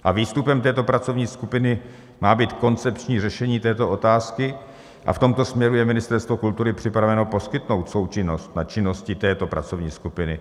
A výstupem této pracovní skupiny má být koncepční řešení této otázky a v tomto směru je Ministerstvo kultury připraveno poskytnout součinnost na činnosti této pracovní skupiny.